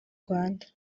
rwanda